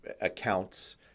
accounts